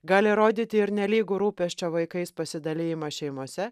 gali rodyti ir nelygų rūpesčio vaikais pasidalijimą šeimose